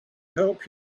help